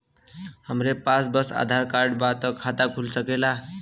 हमरे पास बस आधार कार्ड बा त खाता खुल सकेला?